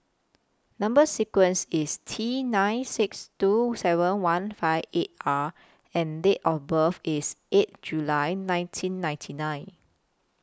Number sequence IS T nine six two seven one five eight R and Date of birth IS eight July nineteen ninety nine